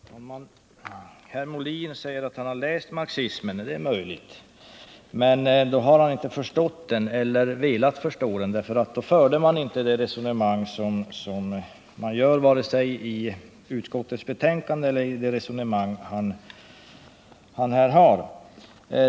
Herr talman! Herr Molin säger att han har läst marxism, och det är möjligt. Men då har han inte förstått den eller velat förstå den, för om han hade gjort det förde man inte det resonemang som man gör vare sig i utskottets betänkande eller i herr Molins inlägg här.